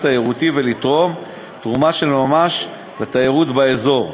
תיירותי ולתרום תרומה של ממש לתיירות באזור.